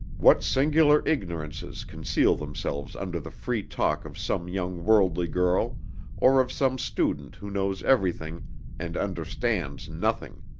what singular ignorances conceal themselves under the free talk of some young worldly girl or of some student who knows everything and understands nothing!